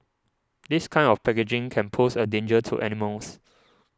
this kind of packaging can pose a danger to animals